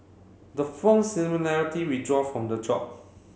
the firm similarity withdraw from the job